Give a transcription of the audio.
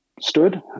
stood